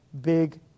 big